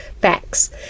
facts